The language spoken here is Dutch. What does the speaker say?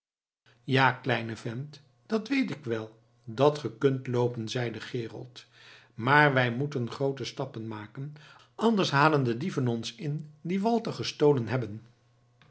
ja kleine vent dat weet ik wel dat ge kunt loopen zeide gerold maar wij moeten groote stappen maken anders halen de dieven ons in die walter gestolen hebben